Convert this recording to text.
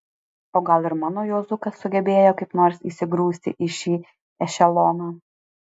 o gal ir mano juozukas sugebėjo kaip nors įsigrūsti į šį ešeloną